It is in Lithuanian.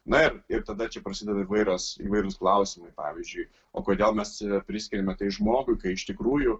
na ir tada čia prasideda įvairios įvairūs klausimai pavyzdžiui o kodėl mes priskiriame tai žmogui kai iš tikrųjų